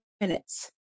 minutes